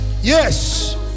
yes